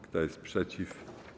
Kto jest przeciw?